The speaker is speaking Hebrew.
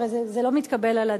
הרי זה לא מתקבל על הדעת.